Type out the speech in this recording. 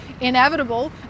inevitable